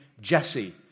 Jesse